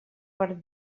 per